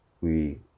we-